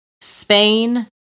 Spain